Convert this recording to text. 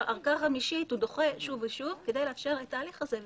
ועכשיו כבר בערכאה חמישית הוא דוחה שוב שוב כדי לאפשר את התהליך הזה.